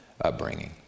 upbringing